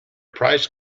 prized